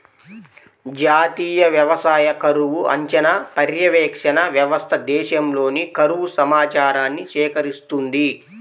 జాతీయ వ్యవసాయ కరువు అంచనా, పర్యవేక్షణ వ్యవస్థ దేశంలోని కరువు సమాచారాన్ని సేకరిస్తుంది